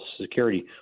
security